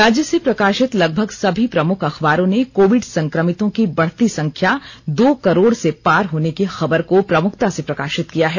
राज्य से प्रकाशित लगभग सभी प्रमुख अखबारों ने कोविड संक्रमितों की बढ़ती संख्या दो करोड़ से पार होने की खबर को प्रमुखता से प्रकाशित किया है